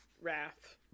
wrath